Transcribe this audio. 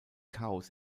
chaos